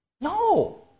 No